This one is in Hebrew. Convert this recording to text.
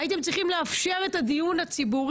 הוא הצטרף לבקשתי שזה יהיה נושא חדש?